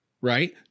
Right